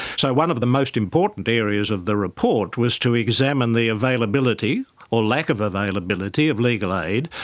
so one of the most important areas of the report was to examine the availability or lack of availability of legal aid,